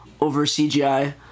over-CGI